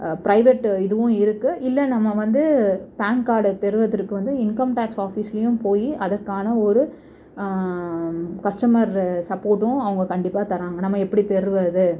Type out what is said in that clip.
private இதுவும் இருக்குது இல்லை நம்ம வந்து பேன் கார்டை பெறுவதற்கு வந்து இன்கம் டாக்ஸ் ஆஃபீஸ்லேயும் போய் அதற்கான ஒரு கஸ்டமரு சப்போர்ட்டும் அவங்க கண்டிப்பாக தராங்க நம்ம எப்படி பெறுவது